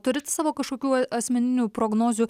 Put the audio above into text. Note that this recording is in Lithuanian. turit savo kažkokių asmeninių prognozių